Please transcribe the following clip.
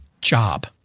job